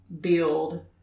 build